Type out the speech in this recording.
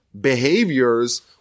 behaviors